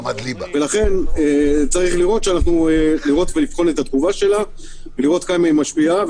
לכן יש לראות לראות ולבחון את התגובה שלה ולראות כמה היא משפיעה.